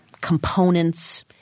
components